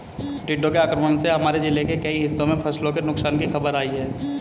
टिड्डों के आक्रमण से हमारे जिले के कई हिस्सों में फसलों के नुकसान की खबर आई है